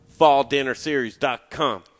Falldinnerseries.com